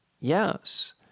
Yes